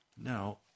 Now